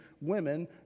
women